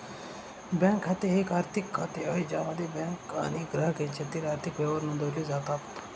bank खाते हे एक आर्थिक खाते आहे ज्यामध्ये बँक आणि ग्राहक यांच्यातील आर्थिक व्यवहार नोंदवले जातात